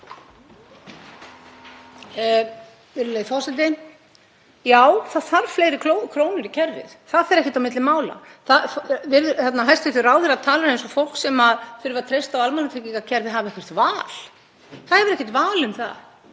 það þarf fleiri krónur í kerfið, það fer ekkert á milli mála. Hæstv. ráðherra talar eins og fólk sem þarf að treysta á almannatryggingakerfið hafi eitthvert val. Það hefur ekkert val um það.